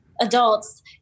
adults